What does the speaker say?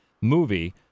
movie